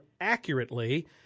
accurately